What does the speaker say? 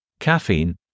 Caffeine